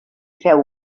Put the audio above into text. feu